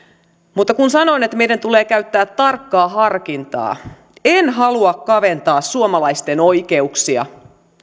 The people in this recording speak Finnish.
mutta kun sanon että meidän tulee käyttää tarkkaa harkintaa en halua kaventaa suomalaisten oikeuksia